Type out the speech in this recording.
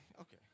Okay